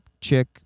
chick